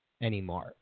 anymore